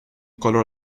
color